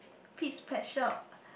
Pete's Pet Shop